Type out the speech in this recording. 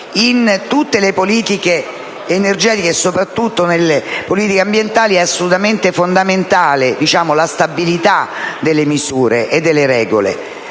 in tutte le politiche energetiche, e soprattutto nelle politiche ambientali, è assolutamente fondamentale la stabilità delle misure e delle regole;